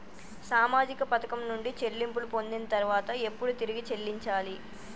సామాజిక పథకం నుండి చెల్లింపులు పొందిన తర్వాత ఎప్పుడు తిరిగి చెల్లించాలి?